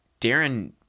Darren